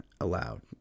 aloud